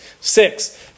Six